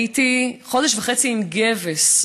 הייתי חודש וחצי עם גבס.